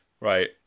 Right